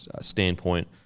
standpoint